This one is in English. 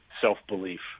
self-belief